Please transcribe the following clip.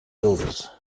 builders